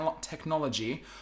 technology